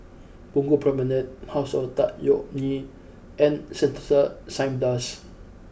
Punggol Promenade House of Tan Yeok Nee and Sentosa Cineblast